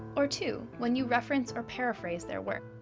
or two, when you reference or paraphrase their work,